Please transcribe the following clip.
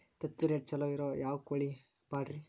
ತತ್ತಿರೇಟ್ ಛಲೋ ಇರೋ ಯಾವ್ ಕೋಳಿ ಪಾಡ್ರೇ?